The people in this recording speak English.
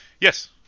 Yes